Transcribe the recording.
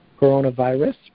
coronavirus